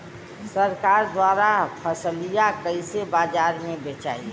सरकार द्वारा फसलिया कईसे बाजार में बेचाई?